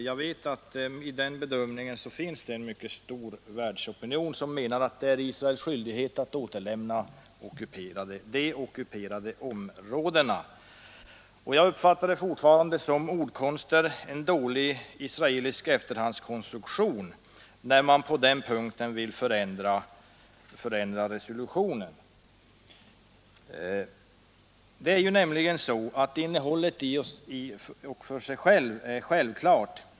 Jag vet att när det gäller den bedömningen finns det en mycket stark världsopinion som menar att det är Israels skyldighet att återlämna de ockuperade områdena. Jag uppfattar det fortfarande som ordkonster — en dålig israelisk efterhandskonstruktion — när man på denna punkt vill förändra resolutionen. Innehållet är nämligen självklart.